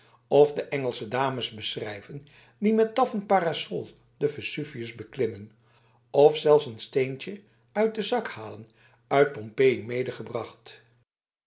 of de engelsche dames beschrijven die met taffen parasols de vesuvius beklimmen of zelfs een steentje uit den zak halen uit